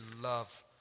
love